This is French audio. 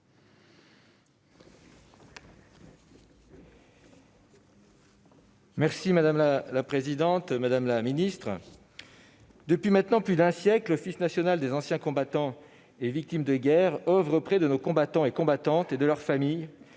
Madame la présidente, madame la ministre, mes chers collègues, depuis maintenant plus d'un siècle, l'Office national des anciens combattants et victimes de guerre oeuvre auprès de nos combattantes, de nos combattants et de leurs familles